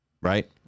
right